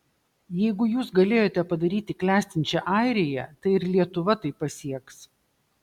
jeigu jūs galėjote padaryti klestinčią airiją tai ir lietuva tai pasieks